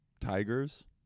Tigers